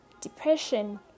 depression